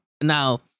Now